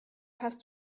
hast